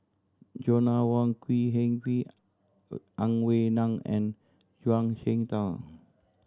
Joanna Wong Quee Heng Ang Wei Neng and Zhuang Shengtao